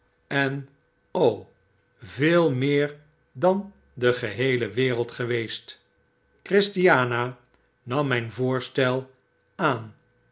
en veel meer dan de geheele wereld geweest christiana nam myn voorstel aanmetbewilliging